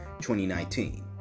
2019